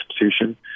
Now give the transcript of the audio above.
institution